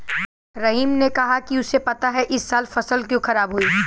रहीम ने कहा कि उसे पता है इस साल फसल क्यों खराब हुई